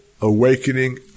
awakening